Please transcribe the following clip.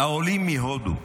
העולים מהודו,